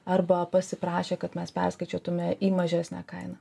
arba pasiprašė kad mes perskaičiuotume į mažesnę kainą